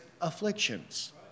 afflictions